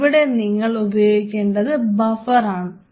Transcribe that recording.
ഇവിടെ നിങ്ങൾ ഉപയോഗിക്കേണ്ടത് ബഫർ ആണ്